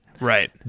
Right